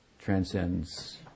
transcends